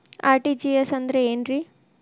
RTGS ಅಂದ್ರ ಏನ್ರಿ?